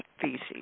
feces